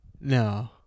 No